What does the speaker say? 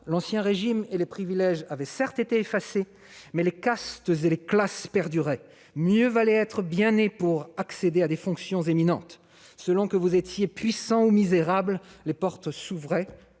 L'Ancien Régime et les privilèges avaient certes été effacés, mais les castes et les classes perduraient. Mieux valait être bien né pour accéder à des fonctions éminentes. Selon que vous étiez puissant ou misérable, les portes s'ouvraient